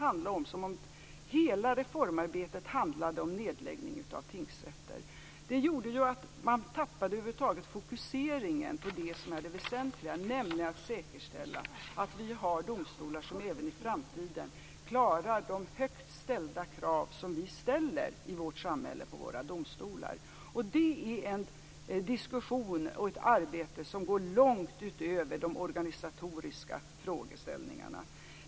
Det verkade som om hela reformarbetet handlade om nedläggning av tingsrätter. Det gjorde att man tappade fokuseringen på det som är det väsentliga, nämligen att säkerställa att vi har domstolar som även i framtiden klarar de högt ställda krav som vi har på domstolarna i vårt samhälle. Det är en diskussion och ett arbete som går långt utöver de organisatoriska frågeställningarna.